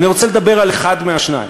אני רוצה לדבר על אחד מהשניים.